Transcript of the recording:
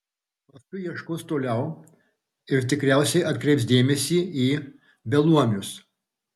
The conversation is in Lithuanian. o paskui ieškos toliau ir tikriausiai atkreips dėmesį į beluomius